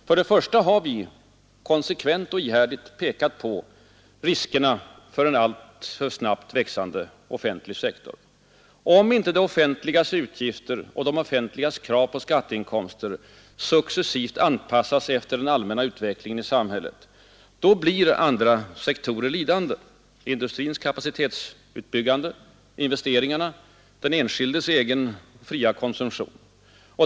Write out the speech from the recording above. För det första har vi konsekvent och ihärdigt pekat på riskerna för en alltför snabbt växande offentlig sektor. Om inte det offentligas utgifter och det offentligas krav på skatteinkomster successivt anpassas efter det allmänna i samhället, så blir andra sektorer lidande, t.ex. industrins kapacitetsutnyttjande och investeringar samt den enskildes egna och fria konsumtion.